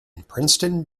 princeton